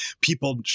people